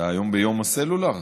אתה היום ביום הסלולר?